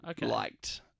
liked